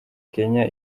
kenya